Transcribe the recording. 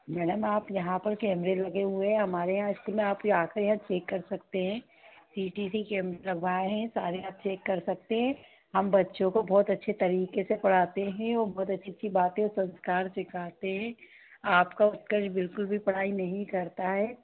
madam आप यहाँ पर कैमरे लगे हुए है हमारे यहाँ स्कूल में आप आ यहाँ चेक कर सकते हैं सी टी सी के लगवाएं हैं सारे आप चेक कर सकते हैं हम बच्चों को बहुत अच्छे तरीक़े से पढ़ाते हैं और बहुत अच्छी अच्छी बातें और संस्कार सिखाते हैं आपका उत्कर्ष बिल्कुल भी पढ़ाई नहीं करता है